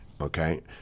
okay